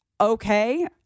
Okay